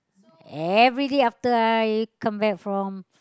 everyday after I come back from